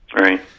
Right